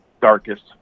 darkest